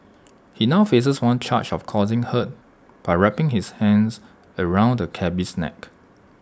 he now faces one charge of causing hurt by wrapping his hands around the cabby's neck